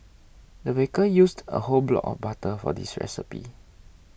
the baker used a whole block of butter for this recipe